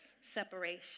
separation